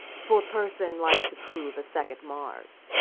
for person like to prove a second mars.